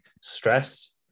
stress